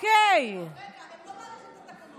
אוקיי, רגע, הם לא מאריכים את התקנות.